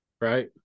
Right